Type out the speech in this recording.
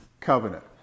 Covenant